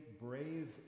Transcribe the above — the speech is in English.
brave